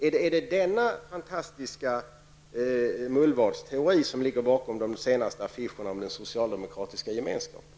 Är det denna fantastiska mullvadsteori som ligger bakom de senaste affischerna om den socialdemokratiska gemenskapen?